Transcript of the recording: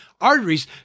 arteries